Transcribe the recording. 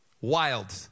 wild